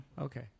Okay